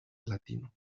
latino